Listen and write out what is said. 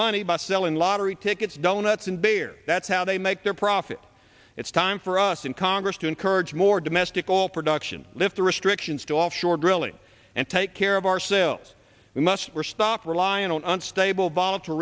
money by selling lottery tickets donuts and beer that's how they make their profit it's time for us in congress to encourage more domestic oil production lift the restrictions to offshore drilling and take care of ourselves we must stop relying on unstable